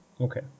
Okay